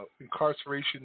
Incarceration